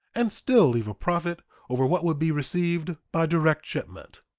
and still leave a profit over what would be received by direct shipment.